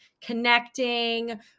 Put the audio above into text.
connecting